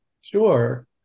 Sure